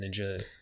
ninja